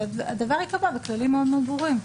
הדבר ייקבע בכללים מאוד מאוד ברורים,